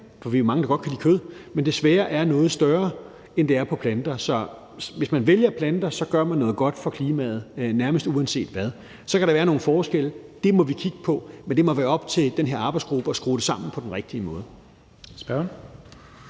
for vi er jo mange, der godt kan lide kød – er noget større, end den er ved det plantebaserede. Så hvis man vælger det plantebaserede, gør man noget godt for klima, nærmest uanset hvad. Så kan der være nogle forskelle, og det må vi kigge på. Men det må være op til den her arbejdsgruppe at skrue det sammen på den rigtige måde.